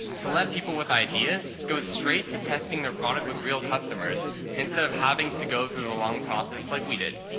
to let people with ideas go straight to testing their product with real customers instead of having to go through a long process like we did.